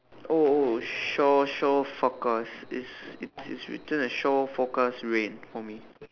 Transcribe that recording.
oh oh shore shore forecast it's it's it's written as shore forecast rain for me